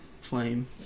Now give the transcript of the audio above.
Flame